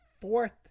fourth